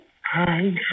Hi